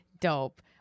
dope